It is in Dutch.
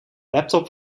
laptop